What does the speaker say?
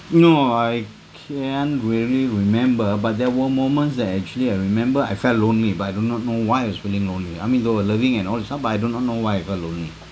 no I can't really remember but there were moments that actually I remember I felt lonely but I do not know why I was feeling lonely I mean they were loving and all that stuff but I do not know why I felt lonely